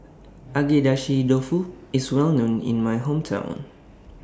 Agedashi Dofu IS Well known in My Hometown